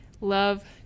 love